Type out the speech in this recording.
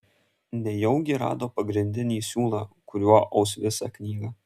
nejaugi rado pagrindinį siūlą kuriuo aus visą knygą